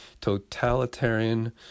totalitarian